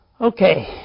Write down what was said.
okay